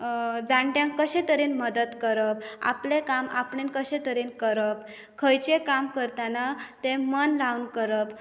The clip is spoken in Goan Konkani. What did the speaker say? जाणट्यांक कशें तरेन मदत करप आपलें काम आपणें कशें तरेन करप खंयचें काम करतना तें मन लावन करप